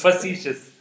Facetious